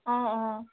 অঁ অঁ